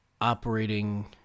operating